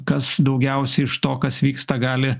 kas daugiausiai iš to kas vyksta gali